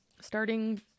starting